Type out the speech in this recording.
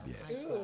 Yes